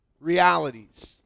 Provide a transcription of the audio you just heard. realities